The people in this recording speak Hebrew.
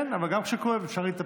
כן, אבל גם כשכואב אפשר להתאפק.